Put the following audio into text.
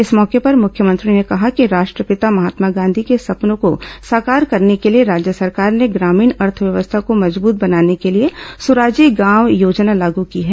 इस मौके पर मुख्यमंत्री ने कहा कि राष्ट्रपिता महात्मा गांधी के सपनों को साकार करने के लिए राज्य सरकार ने ग्रामीण अर्थव्यवस्था को मजबूत बनाने के लिए सुराजी गांव योजना लागू की है